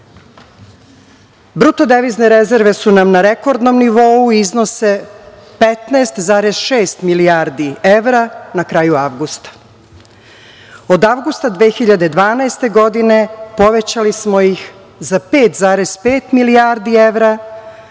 devizne rezerve su na nam na rekordnom nivou i iznose 15,6 milijardi evra na kraju avgusta. Od avgusta 2012. godine povećali smo ih za 5,5 milijardi evra,